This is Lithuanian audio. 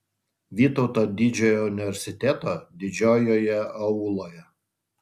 vytauto didžiojo universiteto didžiojoje auloje